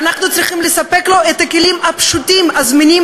ואנחנו צריכים לספק לו את הכלים הפשוטים הזמינים